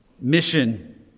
mission